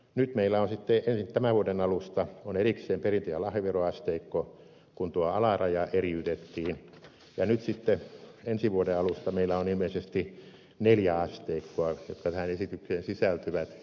nyt meillä on tämän vuoden alusta erikseen perintö ja lahjaveroasteikko kun tuo alaraja eriytettiin ja ensi vuoden alusta meillä on ilmeisesti neljä asteikkoa jotka tähän esitykseen sisältyvät